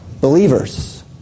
believers